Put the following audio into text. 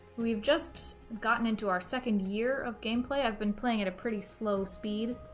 we've just gotten into our second year of gameplay i've been playing at a pretty slow speed